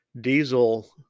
diesel